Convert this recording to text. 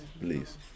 Please